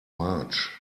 march